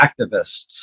activists